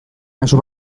mezu